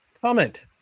comment